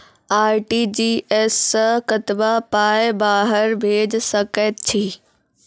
RTGS सअ कतबा पाय बाहर भेज सकैत छी?